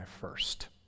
first